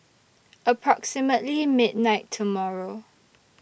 approximately midnight tomorrow